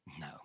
No